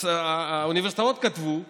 שהאוניברסיטאות כתבו שלא,